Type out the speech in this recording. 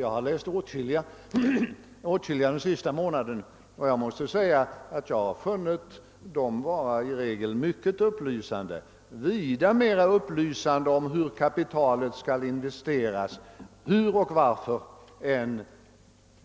Jag har läst åtskilliga under den senaste månaden, och jag måste säga att jag i regel har funnit dem vara mycket upplysande — vida mer upplysande om hur kapitalet skall investeras och varför det skall investeras än